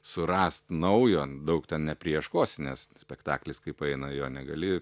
surast naujo daug ten neprieškosi nes spektaklis kaip eina jo negali